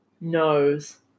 knows